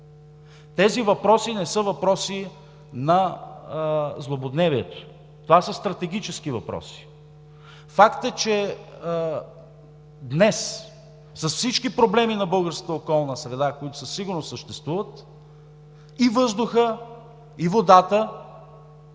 Тези въпроси не са въпроси на злободневието. Това са стратегически въпроси. Факт е, че днес с всички проблеми на българската околна среда, които със сигурност съществуват – и въздухът, и водата,